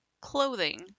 clothing